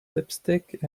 lipstick